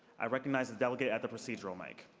i recognize the dell gay it the procedural mic.